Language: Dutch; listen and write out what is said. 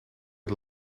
het